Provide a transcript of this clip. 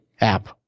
app